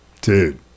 dude